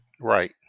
Right